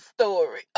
story